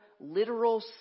literal